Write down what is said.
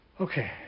Okay